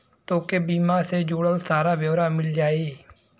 तोके बीमा से जुड़ल सारा ब्योरा मिल जाई